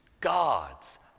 God's